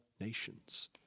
nations